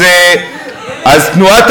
אז תנועת